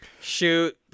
shoot